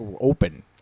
open